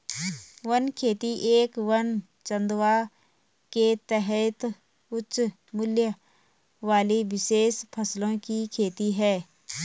one खेती एक वन चंदवा के तहत उच्च मूल्य वाली विशेष फसलों की खेती है